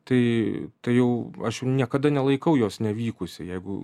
tai jau aš jau niekada nelaikau jos nevykusia jeigu